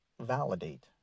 validate